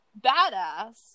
badass